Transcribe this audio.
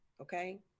Okay